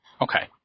Okay